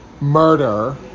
murder